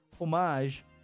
homage